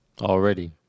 Already